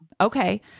Okay